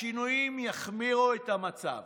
השינויים יחמירו את המצב.